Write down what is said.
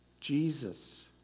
jesus